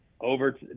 over